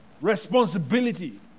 responsibility